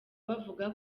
bavuga